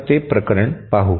तर ते प्रकरण पाहू